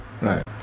right